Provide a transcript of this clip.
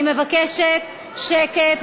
אני מבקשת שקט,